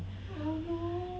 oh no